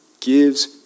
gives